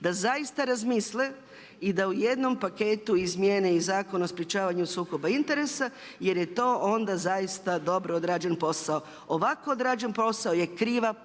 da zaista razmisle i da u jednom paketu izmjene i Zakon o sprječavanju sukoba interesa jer je to onda zaista dobro odrađen posao. Ovako odrađen posao je kriva poruka